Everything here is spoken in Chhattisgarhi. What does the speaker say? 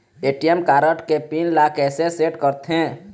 ए.टी.एम कारड के पिन ला कैसे सेट करथे?